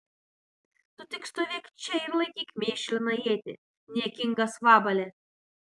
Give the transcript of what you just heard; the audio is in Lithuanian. tu tik stovėk čia ir laikyk mėšliną ietį niekingas vabale